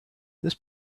this